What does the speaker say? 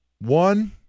One